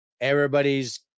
everybody's